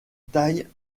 taille